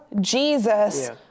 Jesus